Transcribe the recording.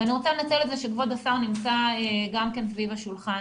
ואני רוצה לנצל את זה שכבוד השר נמצא גם כן סביב השולחן